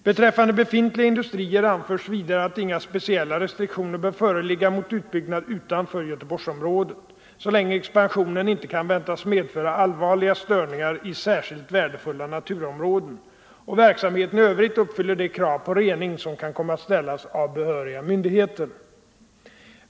Beträffande befintliga industrier anförs vidare att inga speciella restriktioner bör föreligga mot utbyggnad utanför Göteborgsområdet, så länge expansionen inte kan väntas medföra allvarliga störningar i särskilt värdefulla naturområden och verksamheten i övrigt uppfyller de krav på rening som kan komma att ställas av behöriga myndigheter.